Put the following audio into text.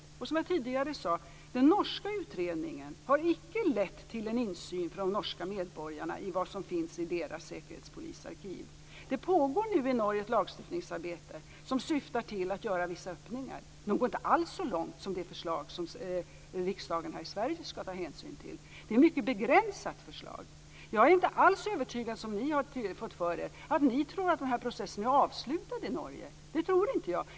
Men det är som jag sade tidigare: Den norska utredningen har inte lett till en insyn för de norska medborgarna när det gäller vad som finns i deras säkerhetspolisarkiv. Det pågår nu i Norge ett lagstiftningsarbete som syftar till att göra vissa öppningar, men det går inte alls så långt som det förslag som riksdagen här i Sverige skall ta ställning till. Det är ett mycket begränsat förslag. Jag är inte alls övertygad om att det är som ni tydligen har fått för er, att den här processen i Norge är avslutad. Det tror inte jag.